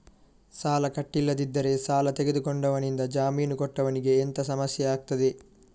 ಸಾಲ ಕಟ್ಟಿಲ್ಲದಿದ್ದರೆ ಸಾಲ ತೆಗೆದುಕೊಂಡವನಿಂದ ಜಾಮೀನು ಕೊಟ್ಟವನಿಗೆ ಎಂತ ಸಮಸ್ಯೆ ಆಗ್ತದೆ?